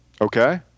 Okay